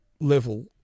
level